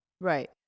right